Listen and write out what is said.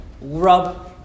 rub